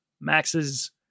Max's